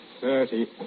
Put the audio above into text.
Thirty